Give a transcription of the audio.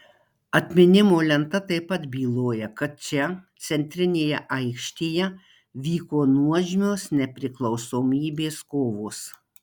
atminimo lenta taip pat byloja kad čia centrinėje aikštėje vyko nuožmios nepriklausomybės kovos